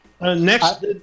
Next